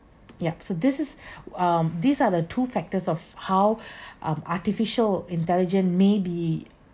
yup so this is um these are the two factors of how um artificial intelligence may be